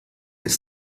ist